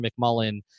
McMullen